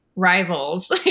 rivals